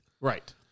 Right